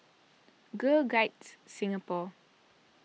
Girl Guides Singapore